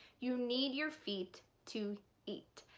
you need your feet to eat.